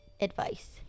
advice